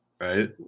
Right